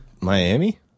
Miami